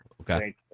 Okay